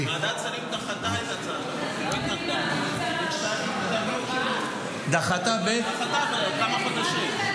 ועדת שרים דחתה את הצעת החוק --- דחתה בכמה חודשים.